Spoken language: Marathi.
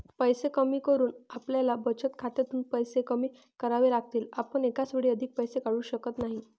पैसे कमी करून आपल्याला बचत खात्यातून पैसे कमी करावे लागतील, आपण एकाच वेळी अधिक पैसे काढू शकत नाही